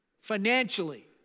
financially